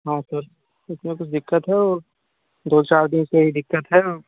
हाँ सर उसमें कुछ दिक्कत है और दो चार दिन से ही दिक्कत है